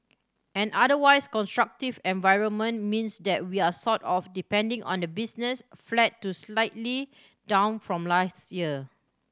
an otherwise constructive environment means that we're sort of depending on the business flat to slightly down from last year